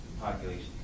population